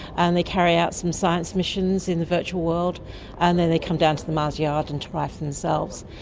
and they carry out some science missions in the virtual world and then they come down to the mars yard and try for themselves.